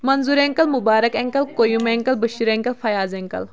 Manzoor uncle Mubarak uncle Qayoom uncle Bashir uncle Fayaz uncle